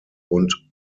und